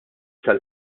tal